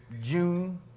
June